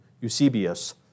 Eusebius